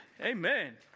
Amen